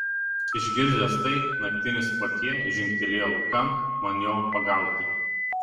išgirdęs tai naktinis portjė žingtelėjo laukan man jo pagauti